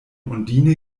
undine